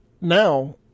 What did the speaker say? now